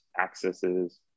accesses